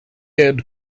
had